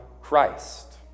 Christ